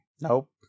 Nope